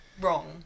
wrong